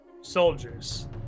soldiers